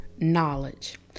Knowledge